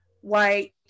white